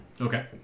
Okay